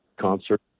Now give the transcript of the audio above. concert